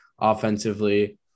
offensively